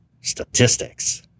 statistics